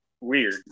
weird